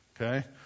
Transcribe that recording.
okay